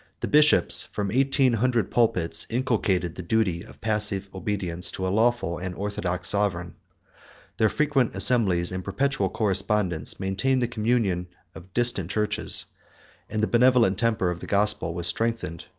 the bishops, from eighteen hundred pulpits, inculcated the duty of passive obedience to a lawful and orthodox sovereign their frequent assemblies, and perpetual correspondence, maintained the communion of distant churches and the benevolent temper of the gospel was strengthened,